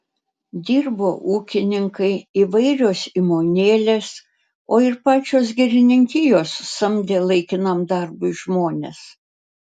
dirbo ūkininkai įvairios įmonėlės o ir pačios girininkijos samdė laikinam darbui žmones